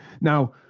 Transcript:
Now